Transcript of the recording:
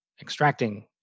extracting